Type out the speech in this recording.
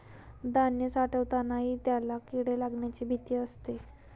धान्य साठवतानाही त्याला किडे लागण्याची भीती असते